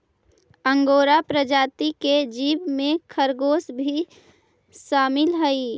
angora प्रजाति के जीव में खरगोश भी शामिल हई